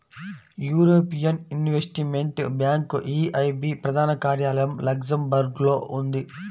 European investment bank EIB ప్రధాన కార్యాలయం లక్సెంబర్గ్లో ఉంది